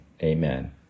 Amen